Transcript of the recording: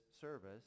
service